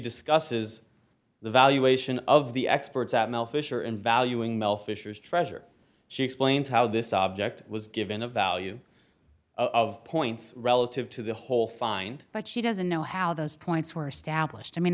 discusses the valuation of the experts at mel fisher in valuing mel fisher's treasure she explains how this object was given a value of points relative to the whole find but she doesn't know how those points were